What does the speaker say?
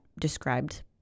described